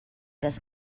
des